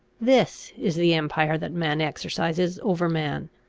this is the empire that man exercises over man.